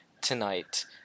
tonight